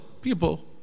people